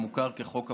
המוכר כחוק הפונדקאות.